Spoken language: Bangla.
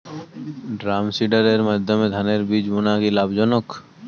ড্রামসিডারের মাধ্যমে ধানের বীজ বোনা কি লাভজনক?